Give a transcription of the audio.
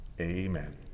Amen